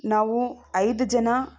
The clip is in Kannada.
ನಾವು ಐದು ಜನ